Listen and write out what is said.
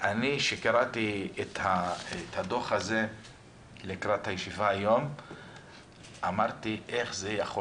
כשקראתי את הדוח הזה לקראת הישיבה היום אמרתי: איך זה יכול